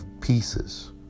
pieces